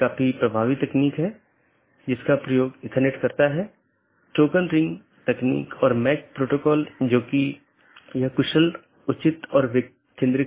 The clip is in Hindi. इसलिए हम बाद के व्याख्यान में इस कंप्यूटर नेटवर्क और इंटरनेट प्रोटोकॉल पर अपनी चर्चा जारी रखेंगे